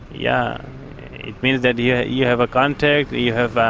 yeah it means that yeah you have a contact, you have